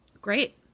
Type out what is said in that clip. Great